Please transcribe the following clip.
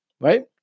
right